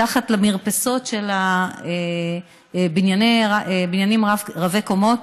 מתחת למרפסות של בניינים רבי-קומות,